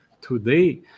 today